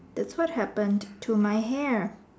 it's what happen to my hair